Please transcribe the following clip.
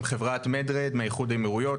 עם חברת red med מאיחוד האמירויות,